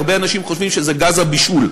הרבה אנשים חושבים שזה גז הבישול.